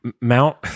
Mount